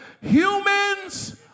Humans